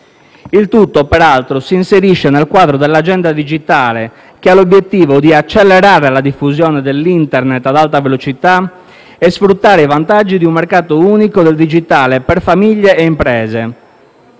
Il tutto, peraltro si inserisce nel quadro dell'agenda digitale che ha l'obiettivo di accelerare la diffusione dell'Internet ad alta velocità e sfruttare i vantaggi di un mercato unico del digitale per famiglie e imprese.